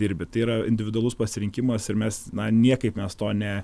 dirbi tai yra individualus pasirinkimas ir mes na niekaip mes to ne